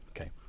Okay